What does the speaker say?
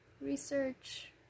research